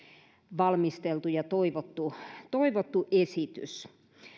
valmisteltu ja toivottu toivottu esitys